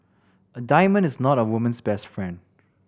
a diamond is not a woman's best friend